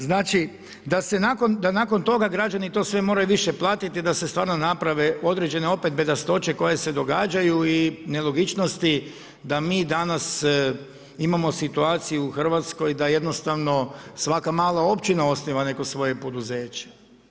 Znači, da nakon toga građani to sve moraju više platiti da se stvarno naprave određene opet bedastoće koje se događaju i nelogičnosti da mi danas imamo situaciju u Hrvatskoj da jednostavno svaka mala općina osniva neko svoje poduzeće.